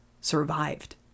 survived